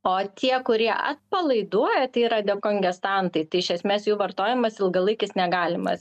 o tie kurie atpalaiduoja tai yra dekongestantai tai iš esmės jų vartojimas ilgalaikis negalimas